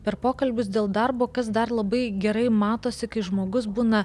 per pokalbius dėl darbo kas dar labai gerai matosi kai žmogus būna